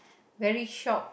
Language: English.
very shocked